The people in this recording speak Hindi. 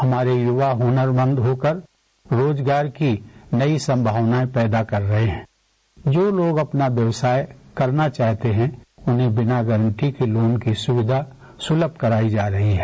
हमारे युवा हुनरमंद होकर रोजगार की नई संभावनाएं पैदा कर रहे है जा लोग अपना व्यवसाय करना चाहते है उन्हें बिना गारंटी के लोन की सुविधा सुलभ कराई जा रही है